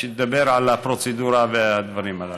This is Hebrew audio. שתדבר על הפרוצדורה והדברים הללו.